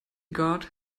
guard